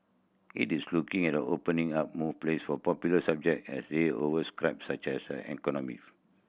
it is looking at opening up more place for popular subject as they such as economic